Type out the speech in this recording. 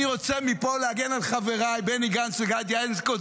אני רוצה מפה להגן על חבריי בני גנץ וגדי איזנקוט.